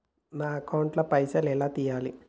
నా అకౌంట్ ల పైసల్ ఎలా తీయాలి?